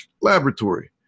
Laboratory